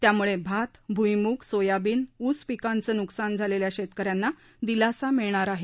यामुळे भात भुईमूग सोयाबीन ऊस पिकांचं नुकसान झालेल्या शेतकऱ्यांना दिलासा मिळणार आहे